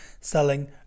selling